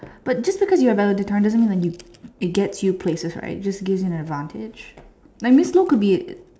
but just because you are valedictorian doesn't mean likes you it gets you places right it just gives you an advantage like miss Lok could be